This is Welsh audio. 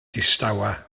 distawa